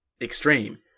extreme